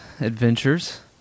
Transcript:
adventures